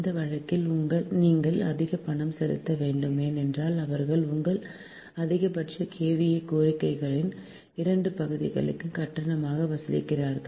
இந்த வழக்கில் நீங்கள் அதிக பணம் செலுத்த வேண்டும் ஏனென்றால் அவர்கள் உங்கள் அதிகபட்ச KVA கோரிக்கையிலும் இரண்டு பகுதி கட்டணத்தை வசூலிக்கிறார்கள்